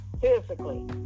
physically